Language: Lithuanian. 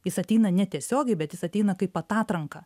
jis ateina netiesiogiai bet jis ateina kaip atatranka